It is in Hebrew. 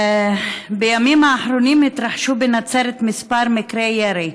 בימים האחרונים התרחשו בנצרת כמה מקרי ירי,